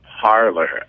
parlor